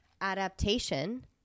Adaptation